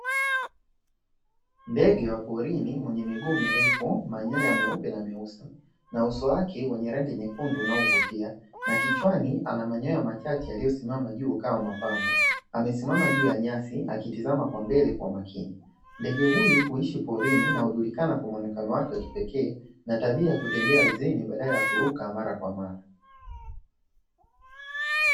Ndege wa porini mwenye miguu mirefu manyoya meupe na meusi na uso wake wenye rangi nyekundu na uvutia na kichwani ana manyoya machache yaliyosimama juu kama mapambo amesimama juu ya nyasi akitizama kwa mbele kwa makini, ndege huyu huishi porini na hujulikana kwa muonekano wake wa kipekee na tabia ya kutembea ardhini badala ya kuruka mara kwa mara.